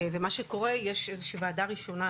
ואז יש איזושהי ועדה ראשונה,